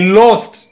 lost